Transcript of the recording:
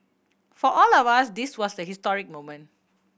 for all of us this was a historic moment